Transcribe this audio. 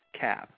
Cab